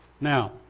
Now